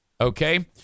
Okay